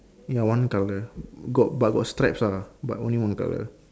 ya one colour got but got stripes ah but only one colour